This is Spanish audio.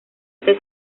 este